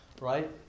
Right